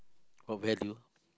oh value